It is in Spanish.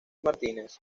martínez